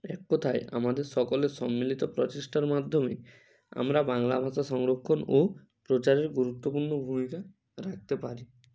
এক কথায় আমাদের সকলের সম্মিলিত প্রচেষ্টার মাধ্যমে আমরা বাংলা ভাষা সংরক্ষণ ও প্রচারের গুরুত্বপূর্ণ ভূমিকা রাখতে পারি